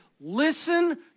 Listen